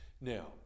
now